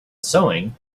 sewing